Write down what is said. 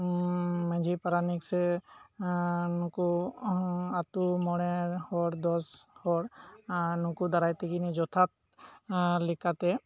ᱢᱟᱺᱡᱷᱤ ᱯᱟᱨᱟᱱᱤᱠ ᱥᱮ ᱱᱩᱠᱩ ᱟᱛᱳ ᱢᱚᱬᱮ ᱦᱚᱲ ᱫᱚ ᱠᱚ ᱱᱩᱠᱩ ᱫᱟᱨᱟᱭ ᱛᱮᱜᱮ ᱡᱚᱛᱷᱟᱛ ᱞᱮᱠᱟᱛᱮ